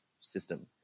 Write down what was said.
system